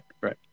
right